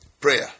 prayer